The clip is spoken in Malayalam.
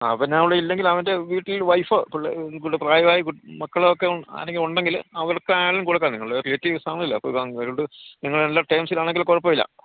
അവനവിടെ ഇല്ലെങ്കിൽ അവൻ്റെ വീട്ടിൽ വൈഫ് പിള്ളേര് പ്രായമായ മക്കളൊക്കെ ആരെങ്കിലും ഉണ്ടെങ്കില് അവർക്കായാലും കൊടുക്കുക നിങ്ങള് റിലേറ്റീവ്സാണല്ലോ അപ്പോള് അവരോട് നിങ്ങള് നല്ല ടേംസിലാണെങ്കിൽ കുഴപ്പമില്ല